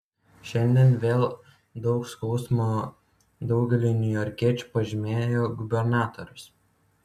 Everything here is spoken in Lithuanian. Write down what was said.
šiandien vėl daug skausmo daugeliui niujorkiečių pažymėjo gubernatorius